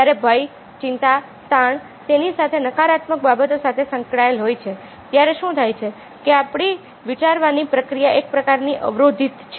જ્યારે ભય ચિંતા તાણ તેની સાથે નકારાત્મક બાબતો સાથે સંકળાયેલા હોય છે ત્યારે શું થાય છે કે આપણી વિચારવાની પ્રક્રિયા એક પ્રકારની અવરોધિત છે